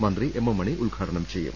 മന്ത്രി M M Mani ഉദ്ഘാടനം ചെയ്യും